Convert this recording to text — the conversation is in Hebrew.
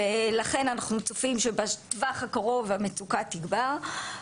לכן אנחנו צופים שבטווח הקרוב המצוקה תגבר.